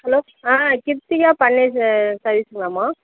hello ஆ கிர்த்திகா மா